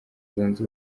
zunze